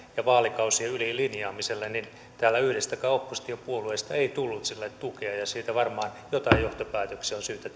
vaalikausien yli linjaamiselle niin täällä yhdestäkään oppositiopuolueesta ei tullut sille tukea ja siitä varmaan jotain johtopäätöksiä on syytä